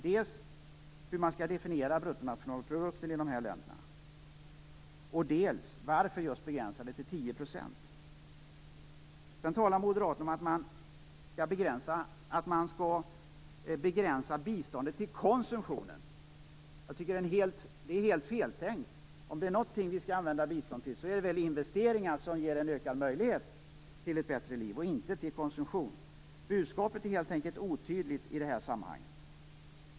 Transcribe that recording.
Hur skall man definiera bruttonationalprodukten i dessa länder? Varför begränsa biståndet till just 10 %? Sedan talar moderaterna om att biståndet för konsumtion borde begränsas. Jag tycker att det är helt feltänkt. Om det är någonting som biståndet skall användas till så är det väl till investeringar som ger en ökad möjlighet till ett bättre liv. Budskapet är helt enkelt otydligt.